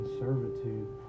servitude